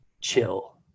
chill